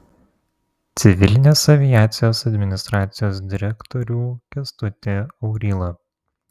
civilinės aviacijos administracijos direktorių kęstutį aurylą